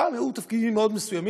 פעם היו תפקידים מאוד מסוימים,